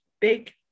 big